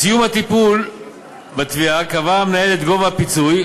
בסיום הטיפול בתביעה קבע המנהל את גובה הפיצוי,